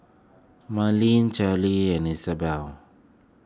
Marylyn and Isabelle